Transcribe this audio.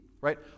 right